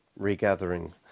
Regathering